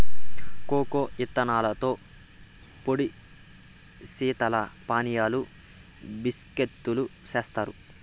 cocoa ఇత్తనాలతో పొడి శీతల పానీయాలు, బిస్కేత్తులు జేత్తారు